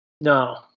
No